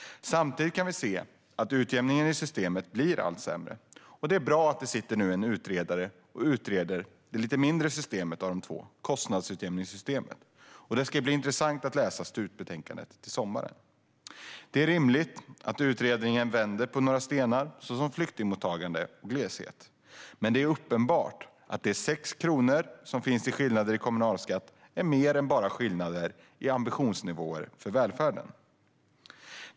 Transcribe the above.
Samtidigt kan vi se att utjämningen i systemet blir allt sämre. Det är bra att det nu sitter en utredare och utreder det lite mindre systemet av de två - kostnadsutjämningssystemet. Det ska bli intressant att läsa slutbetänkandet till sommaren. Det är rimligt att utredningen vänder på några stenar, till exempel flyktingmottagande och gleshet. Men det är uppenbart att de 6 kronor som finns i skillnader i kommunalskatt är mer än bara skillnader i ambitionsnivåer för välfärden.